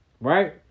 Right